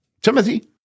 Timothy